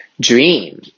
dream